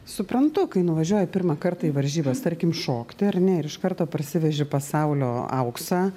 suprantu kai nuvažiuoji pirmą kartą į varžybas tarkim šokti ar ne ir iš karto parsiveži pasaulio auksą